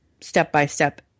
step-by-step